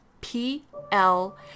pl